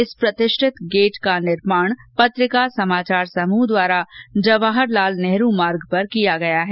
इस प्रतिष्ठित गेट का निर्माण पत्रिका समाचार पत्र समूह द्वारा जवाहर लाल नेहरू मार्ग पर किया गया है